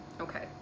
okay